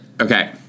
Okay